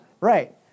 Right